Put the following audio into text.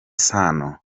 sano